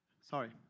sorry